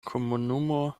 komunumo